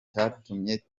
cyatumye